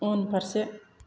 उनफारसे